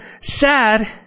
sad